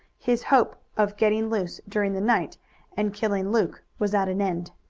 his hope of getting loose during the night and killing luke was at an end.